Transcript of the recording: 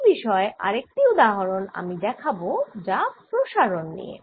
এই বিষয়ে আরেকটি উদাহরন আমি দেখাব যা প্রসারণ নিয়ে